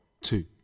two